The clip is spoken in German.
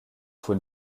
von